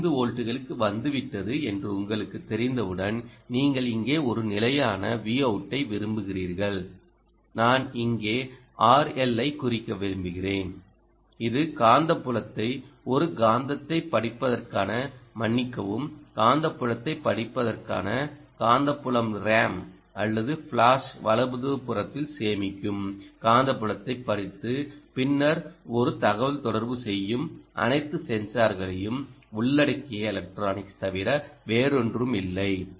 இது 5 வோல்ட்டுகளுக்கு வந்துவிட்டது என்று உங்களுக்குத் தெரிந்தவுடன் நீங்கள் இங்கே ஒரு நிலையான Vout ட்டை விரும்புகிறீர்கள் நான் இங்கே RL ஐ குறிக்க விரும்புகிறேன் இது காந்தப்புலத்தை ஒரு காந்தத்தைப் படிப்பதற்கான மன்னிக்கவும் காந்தப்புலத்தை படிப்பதற்கான காந்த புலம் ரேம் அல்லது ஃபிளாஷ் வலதுபுறத்தில் சேமிக்கும் காந்தப்புலத்தைப் படித்து பின்னர் ஒரு தகவல்தொடர்பு செய்யும் அனைத்து சென்சார்களையும் உள்ளடக்கிய எலக்ட்ரானிக்ஸ் தவிர வேறொன்றுமில்லை